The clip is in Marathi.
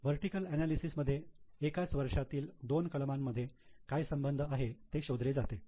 वर्टीकल अनालिसेस मध्ये एकाच त्याच वर्षातील दोन कलमांमध्ये काय संबंध आहे ते शोधले जाते